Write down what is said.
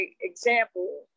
example